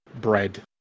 bread